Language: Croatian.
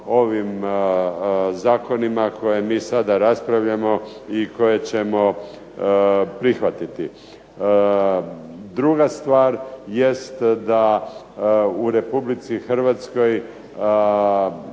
zakonima koje mi sada raspravljamo i koje ćemo prihvatiti. Druga stvar jest da u RH infrastruktura